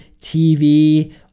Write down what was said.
TV